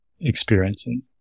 experiencing